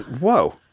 Whoa